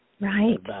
Right